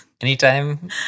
Anytime